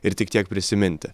ir tik tiek prisiminti